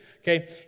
Okay